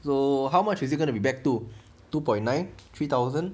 so how much is it gonna be back to two point nine three thousand